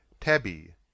Tabby